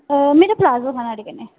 ओह् मेरा प्लाजो हा नुआढ़े कन्नै